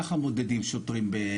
כך מודדים שוטרים.